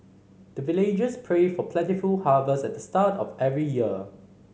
the villagers pray for plentiful harvest at the start of every year